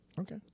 Okay